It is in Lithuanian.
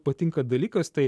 patinka dalykas tai